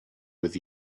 with